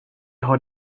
har